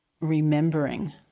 remembering